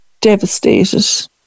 devastated